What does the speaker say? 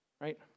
right